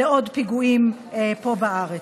לעוד פיגועים פה בארץ.